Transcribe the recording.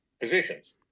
physicians